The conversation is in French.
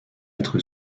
être